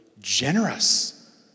generous